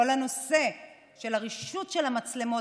כל הנושא של הרשות של המצלמות,